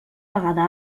vegada